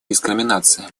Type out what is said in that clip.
дискриминации